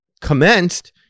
commenced